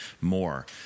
more